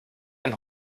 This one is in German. ein